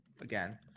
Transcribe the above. again